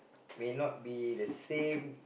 may not be the same